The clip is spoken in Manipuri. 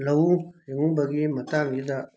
ꯂꯧꯎ ꯁꯤꯡꯎꯕꯒꯤ ꯃꯇꯥꯡꯁꯤꯗ